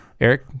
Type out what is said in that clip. eric